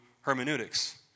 hermeneutics